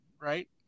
Right